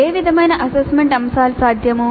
ఏ విధమైన అసెస్మెంట్ అంశాలు సాధ్యము